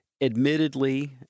admittedly